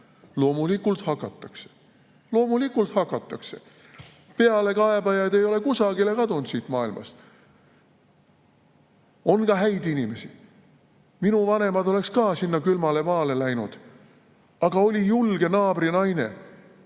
Loomulikult hakatakse. Loomulikult hakatakse! Pealekaebajad ei ole kusagile kadunud siit maailmast. On ka häid inimesi. Minu vanemad oleksid ka sinna külmale maale läinud, aga oli julge naabrinaine,